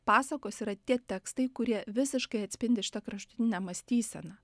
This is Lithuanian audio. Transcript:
pasakos yra tie tekstai kurie visiškai atspindi šitą kraštutinę mąstyseną